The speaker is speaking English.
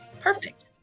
Perfect